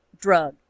drug